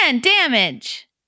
damage